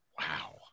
Wow